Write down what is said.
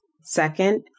Second